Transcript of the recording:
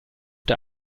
der